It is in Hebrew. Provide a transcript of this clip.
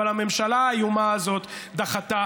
אבל הממשלה האיומה הזאת דחתה,